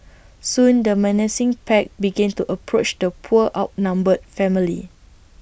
soon the menacing pack began to approach the poor outnumbered family